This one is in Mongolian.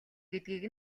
гэдгийг